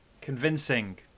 convincing